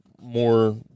more